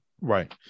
Right